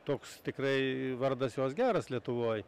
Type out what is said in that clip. toks tikrai vardas jos geras lietuvoj